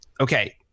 okay